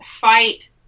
Fight